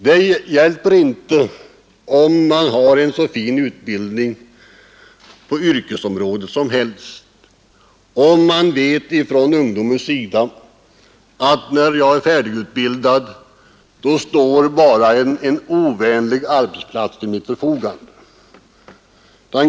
Det hjälper inte ungdomarna med en aldrig så fin utbildning på yrkesområdet, ifall de unga vet att det bara är en ovänlig arbetsplatsmiljö som står till förfogande.